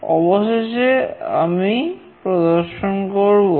অবশেষে আমি প্রদর্শন করব